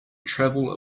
travel